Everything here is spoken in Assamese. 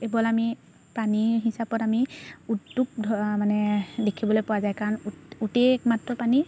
কেৱল আমি প্ৰাণী হিচাপত আমি উটটোক মানে দেখিবলৈ পোৱা যায় কাৰণ উট উটেই একমাত্ৰ প্ৰাণী